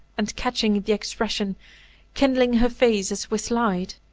and, catching the expression kindling her face as with light,